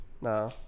No